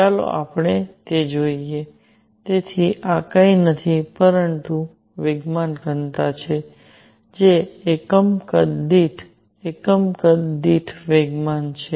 ચાલો આપણે તે જોઈએ તેથી આ કંઈ નથી પરંતુ વેગમાન ધનતા છે જે એકમ કદ દીઠ એકમ કદ દીઠ વેગમાન છે